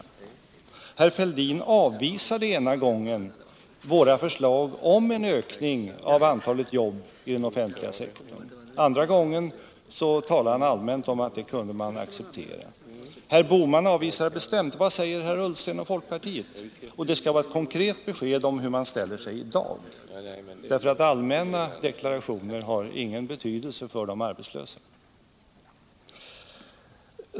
Thorbjörn Fälldin avvisade ena gången våra förslag om en ökning av antalet jobb i den offentliga sektorn. Andra gången talade han allmänt om att man kunde acceptera en utvidgad offentlig sektor. Gösta Bohman avvisade detta bestämt. Vad säger Ola Ullsten och folkpartiet? Och det skall vara ett konkret besked om hur man ställer sig i dag; allmänna deklarationer har ingen betydelse för de arbetslösa.